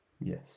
Yes